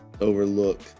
overlook